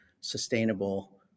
sustainable